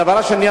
הדבר השני,